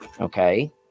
Okay